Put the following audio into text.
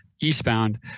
eastbound